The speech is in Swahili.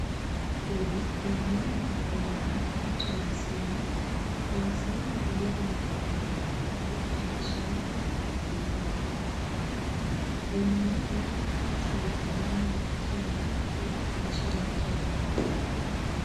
Huyu ni mnyama wa porini aitwaye simba amesimama mbele ya kamera akishangaa hiki ni kifaa kipi , ni mnyama kati ya wanyama tani kuu inchini Kenya.